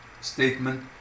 statement